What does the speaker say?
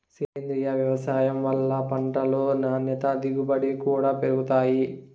సేంద్రీయ వ్యవసాయం వల్ల పంటలు నాణ్యత దిగుబడి కూడా పెరుగుతాయి